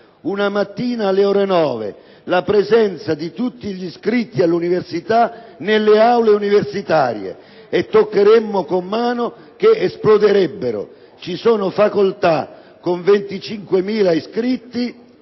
una mattina alle ore 9, la presenza di tutti gli iscritti all'università nelle aule universitarie: toccheremmo con mano che esploderebbero. Ci sono facoltà con 25.000 iscritti